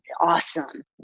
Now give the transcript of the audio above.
awesome